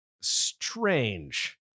Strange